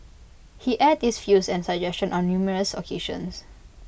he aired this views and suggestions on numerous occasions